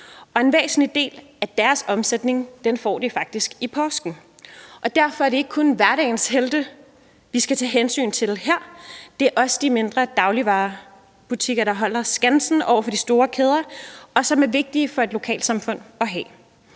og en væsentlig del af deres omsætning får de faktisk i påsken. Derfor er det ikke kun hverdagens helte, vi skal tage hensyn til her, men det er også de mindre dagligvarebutikker, der holder skansen over for de store kæder, og som er vigtige for et lokalsamfund at have.